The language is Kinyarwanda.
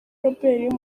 robert